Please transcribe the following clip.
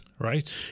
Right